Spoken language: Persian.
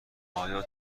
آیا